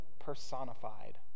personified